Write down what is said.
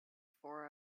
for